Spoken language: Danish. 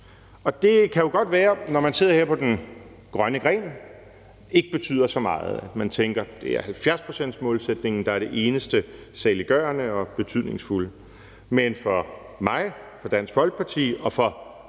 Og det kan jo godt være, at det, når man sidder her på den grønne gren, ikke betyder så meget, og at man tænker, at det er 70-procentsmålsætningen, der er det eneste saliggørende og betydningsfulde. Men for mig og for Dansk Folkeparti og for